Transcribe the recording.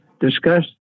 discussed